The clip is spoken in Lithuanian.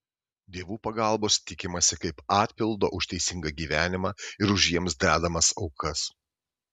dievų pagalbos tikimasi kaip atpildo už teisingą gyvenimą ir už jiems dedamas aukas